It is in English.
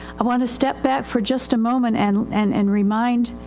i want to step back for just a moment and, and, and remind